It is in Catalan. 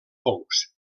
fongs